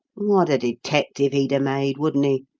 what a detective he'd a made, wouldn't he,